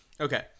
Okay